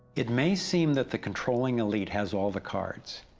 it may seem that the controlling elite has all the cards,